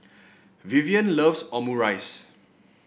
Vivien loves Omurice